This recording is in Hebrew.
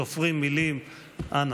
סופרים מילים, אנא.